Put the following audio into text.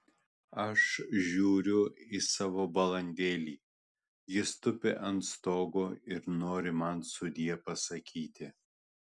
aš žiūriu į savo balandėlį jis tupi ant stogo ir nori man sudie pasakyti